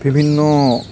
বিভিন্ন